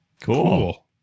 Cool